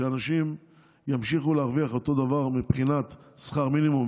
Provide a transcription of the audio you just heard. שאנשים ימשיכו להרוויח אותו דבר מבחינת שכר מינימום?